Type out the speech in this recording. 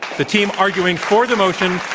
the team arguing for the motion,